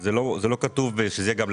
זה לא כתוב בשום מקום.